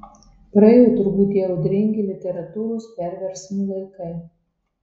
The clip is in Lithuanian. praėjo turbūt tie audringi literatūros perversmų laikai